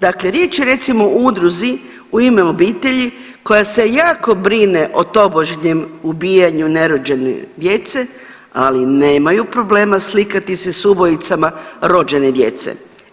dakle riječ je recimo o udruzi „I ime obitelji“ koja se jako brine o tobožnjem ubijanju nerođene djece, ali nemaju problema slikati se s ubojicama rođene djece.